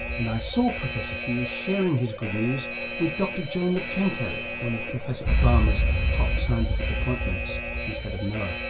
and i saw professor hughes sharing his good news with dr jane lubchenco, one of professor obama's top scientific appointments. she's head of noaa